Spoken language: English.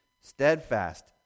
Steadfast